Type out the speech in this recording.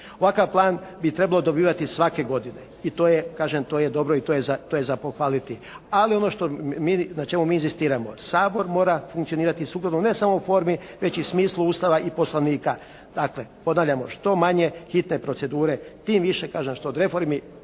ovakav plan bi trebalo dobivati svake godine i to je kažem to je dobro i to je za pohvaliti. Ali ono što mi, na čemu mi inzistiramo, Sabor mora funkcionirati sukladno ne sam o formi već i smislu Ustava i Poslovnika. Dakle, ponavljamo što manje hitne procedure, tim više kažem što od reformi